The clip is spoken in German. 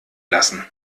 lassen